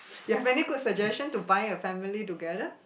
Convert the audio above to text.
you've any good suggestion to bind a family together